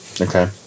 Okay